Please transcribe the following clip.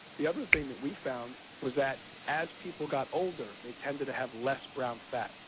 the other thing that we found was that as people got older they tended to have less brown fat.